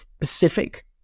Pacific